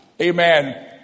amen